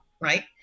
right